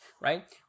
right